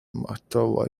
motor